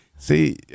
See